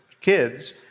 kids